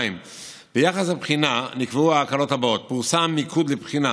ביחס לבחינה נקבעו ההקלות הבאות: פורסם מיקוד לבחינה